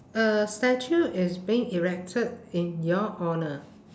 a statue is being erected in your honour